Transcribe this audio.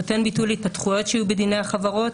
נותן ביטוי להתפתחויות שיהיו בדיני החברות